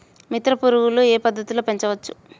మిత్ర పురుగులు ఏ పద్దతిలో పెంచవచ్చు?